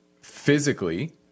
physically